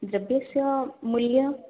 द्रव्यस्य मूल्यम्